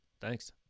Thanks